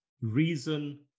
reason